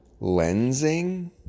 lensing